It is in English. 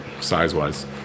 size-wise